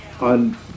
on